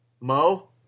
Mo